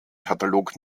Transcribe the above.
katalog